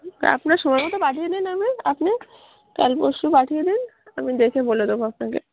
আপনার সময় মতো পাঠিয়ে দিন আমি আপনি কাল পরশু পাঠিয়ে দিন আমি দেখে বলে দেবো আপনাকে